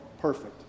perfect